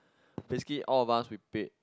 basically all of us we paid